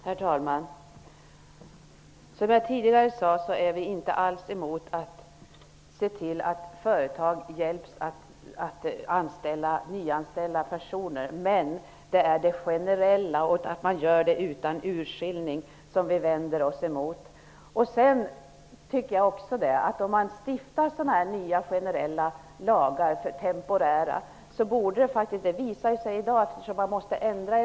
Herr talman! Som jag tidigare sade är vi inte alls emot att man ser till att företag hjälps att nyanställa personer. Det är det generella och att man gör det utan urskiljning som vi vänder oss emot. Jag tycker också, att om man stiftar nya generella och temporära lagar borde man ha litet mer på fötterna.